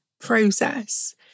process